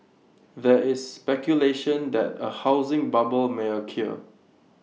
there is speculation that A housing bubble may occur